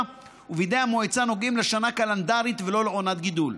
ובידי המועצה נוגעים לשנה קלנדרית ולא לעונת גידול.